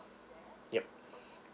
yup